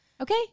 Okay